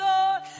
Lord